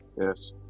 yes